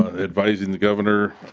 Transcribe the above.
ah revising the governor